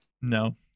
No